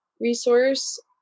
resource